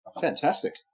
Fantastic